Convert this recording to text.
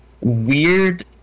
weird